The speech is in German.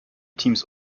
teams